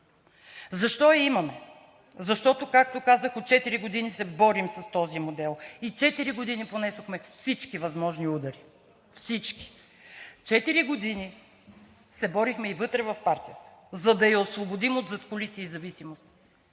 Защо я имаме? Защото, както казах, от четири години се борим с този модел и четири години понесохме всички възможни удари – всички. Четири години се борихме и вътре в партията, за да я освободим от задкулисие и зависимост.